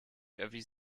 erwies